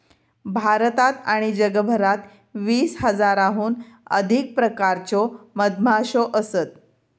भारतात आणि जगभरात वीस हजाराहून अधिक प्रकारच्यो मधमाश्यो असत